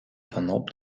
vanop